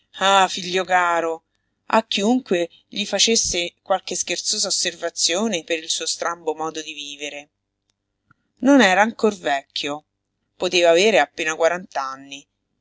ah figlio caro a chiunque gli facesse qualche scherzosa osservazione per il suo strambo modo di vivere non era ancor vecchio poteva avere appena